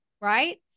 right